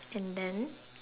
and then